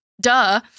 duh